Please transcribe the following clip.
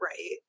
Right